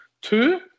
Two